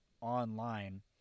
online